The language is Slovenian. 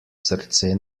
srce